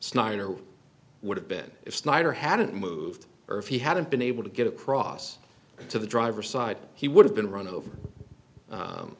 snyder would have been if snyder hadn't moved or if he hadn't been able to get across to the driver side he would have been run over